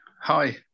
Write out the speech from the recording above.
Hi